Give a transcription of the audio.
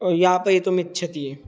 यापयितुम् इच्छति